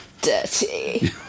Dirty